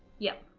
yep